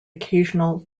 occasional